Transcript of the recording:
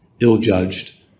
ill-judged